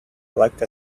like